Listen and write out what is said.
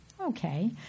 Okay